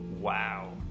Wow